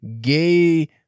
gay